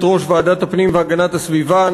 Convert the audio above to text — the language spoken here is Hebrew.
יושבת-ראש ועדת הפנים והגנת הסביבה,